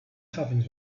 heavens